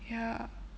ya